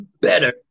better